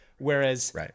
Whereas